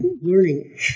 learning